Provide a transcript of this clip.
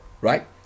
right